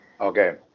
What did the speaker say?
Okay